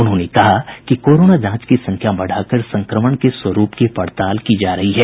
उन्होंने कहा कि कोरोना जांच की संख्या बढ़ाकर संक्रमण के स्वरूप की पड़ताल की जा रही है